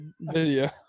video